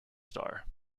star